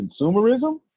consumerism